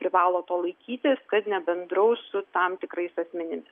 privalo to laikytis kad nebendraus su tam tikrais asmenimis